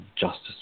justice